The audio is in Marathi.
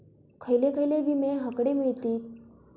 खयले खयले विमे हकडे मिळतीत?